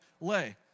lay